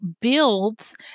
builds